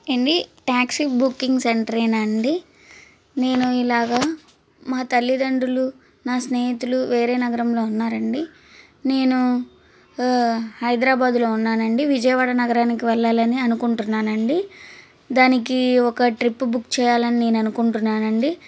ఏంది taxi booking సెంటరేనా అండి నేను ఇలాగా మా తల్లిదండ్రులు నా స్నేహితులు వేరే నగరంలో ఉన్నారండి నేను హైదరాబాదులో ఉన్నానండి విజయవాడ నగరానికి వెళ్ళాలని అనుకుంటున్నాను అండి దానికి ఒక ట్రిప్ బుక్ చేయాలని నేను అనుకుంటున్నాను అండి